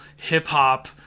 hip-hop